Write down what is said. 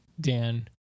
Dan